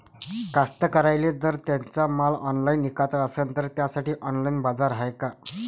कास्तकाराइले जर त्यांचा माल ऑनलाइन इकाचा असन तर त्यासाठी ऑनलाइन बाजार हाय का?